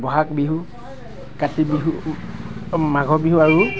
বহাগ বিহু কাতি বিহু মাঘৰ বিহু আৰু